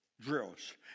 drills